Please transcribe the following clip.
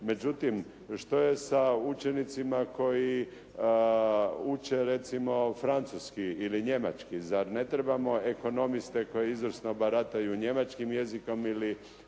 Međutim, što je sa učenicima koji uče recimo francuski ili njemački. Zar ne trebamo ekonomiste koji izvrsno barataju njemačkim jezikom ili